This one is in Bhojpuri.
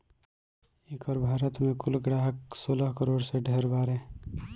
एकर भारत मे कुल ग्राहक सोलह करोड़ से ढेर बारे